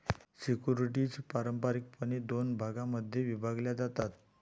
securities पारंपारिकपणे दोन भागांमध्ये विभागल्या जातात